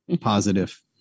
positive